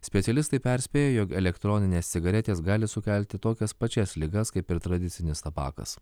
specialistai perspėja jog elektroninės cigaretės gali sukelti tokias pačias ligas kaip ir tradicinis tabakas